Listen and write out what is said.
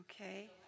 Okay